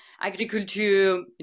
agriculture